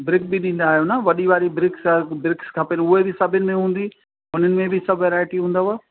brick बि ॾींदा आहियो न वॾी वारी ब्रिक्स ब्रिक्स खपेनि उहे बि सभु सभिनी में हूंदी उन्हनि में बि सभु वैराएटियूं हूंदव